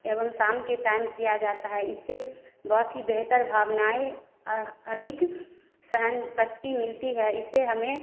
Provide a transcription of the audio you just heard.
एवं शाम के टाइम किया जाता है इससे बहुत ही बेहतर भावनाएँ अधिक सहनशक्ति मिलती है इसे हमें